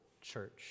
church